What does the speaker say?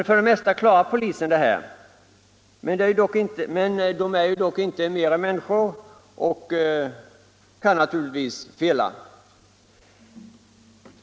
För det mesta klarar polismännen detta, men de är dock inte mer än människor och kan naturligtvis fela.